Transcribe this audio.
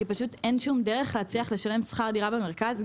כי פשוט אין שום דרך להצליח לשלם שכר דירה במרכז.